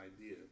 idea